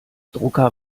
drucker